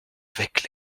avec